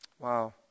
Wow